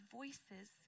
voices